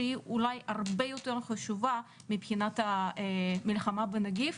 שהיא אולי הרבה יותר חשובה מבחינת המלחמה בנגיף,